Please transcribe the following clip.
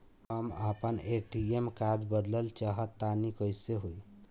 हम आपन ATM card बदलल चाह तनि कइसे होई?